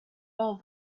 all